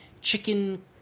chicken